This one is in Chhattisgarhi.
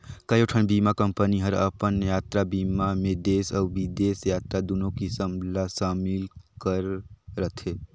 कयोठन बीमा कंपनी हर अपन यातरा बीमा मे देस अउ बिदेस यातरा दुनो किसम ला समिल करे रथे